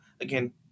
again